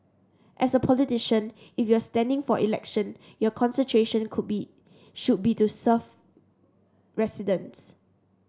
as a politician if you are standing for election your concentration could be should be to serve residents